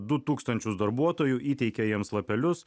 du tūkstančius darbuotojų įteikė jiems lapelius